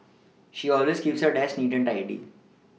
she always keeps her desk neat and tidy